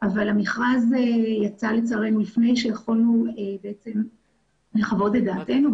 אבל המכרז יצא לצערנו לפני שיכולנו בעצם לחוות את דעתנו,